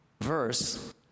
verse